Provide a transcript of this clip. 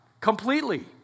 completely